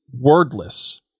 wordless